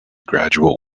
graduate